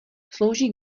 slouží